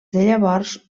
llavors